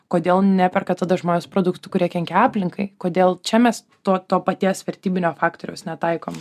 kodėl neperka tada žmonės produktų kurie kenkia aplinkai kodėl čia mes to to paties vertybinio faktoriaus netaikom